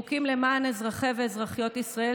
חוקים למען אזרחי ואזרחיות ישראל,